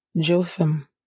Jotham